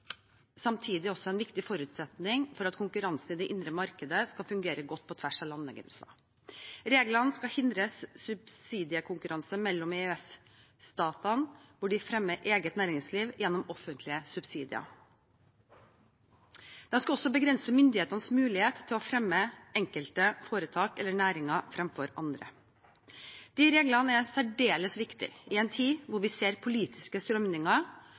samtidig også er en viktig forutsetning for at konkurransen i det indre markedet skal fungere godt på tvers av landegrenser. Reglene skal hindre subsidiekonkurranse mellom EØS-statene, hvor de fremmer eget næringsliv gjennom offentlige subsidier. De skal også begrense myndighetenes mulighet til å fremme enkelte foretak eller næringer fremfor andre. Disse reglene er særdeles viktige i en tid hvor vi ser politiske strømninger